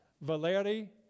Valeri